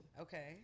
okay